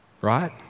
right